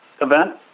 event